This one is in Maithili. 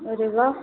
अरे वाह